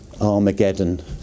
Armageddon